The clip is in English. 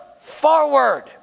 forward